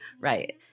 Right